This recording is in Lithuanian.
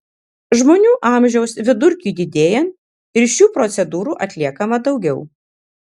žmonių amžiaus vidurkiui didėjant ir šių procedūrų atliekama daugiau